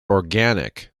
organic